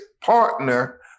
partner